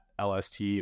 lst